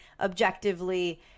objectively